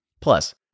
Plus